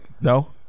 No